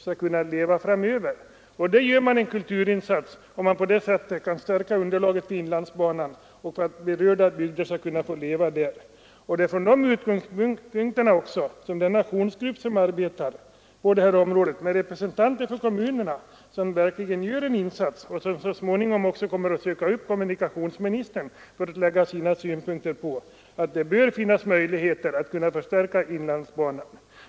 Man gör en kulturinsats om man kan stärka underlaget för inlandsbanan så att berörda bygder kan fortleva. Det är från de utgångspunkterna som aktionsgruppen för inlandsbanans bevarande med representanter för kommunerna arbetar. De gör verkligen en insats och kommer så småningom också att söka upp kommunikationsministern för att lägga fram sina synpunkter på möjligheterna att förstärka inlandsbanan.